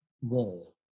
wall